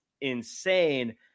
insane